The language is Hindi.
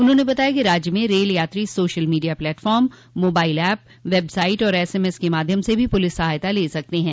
उन्होंने बताया कि राज्य में रेल यात्री social media platform mobile app website और एसएमएस के माध्यम से भी पुलिस सहायता ले सकते हैं